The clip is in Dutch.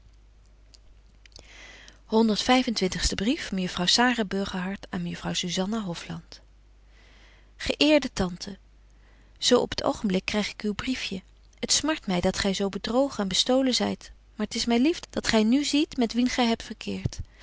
mejuffrouw sara burgerhart aan mejuffrouw zuzanna hofland ge eerde tante zo op t oogenblik kryg ik uw briefje het smart my dat gy zo bedrogen en bestolen zyt maar t is my lief dat gy nu ziet met wien gy hebt verkeert